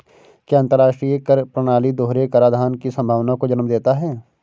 क्या अंतर्राष्ट्रीय कर प्रणाली दोहरे कराधान की संभावना को जन्म देता है?